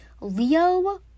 leo